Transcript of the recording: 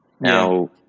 Now